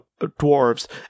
dwarves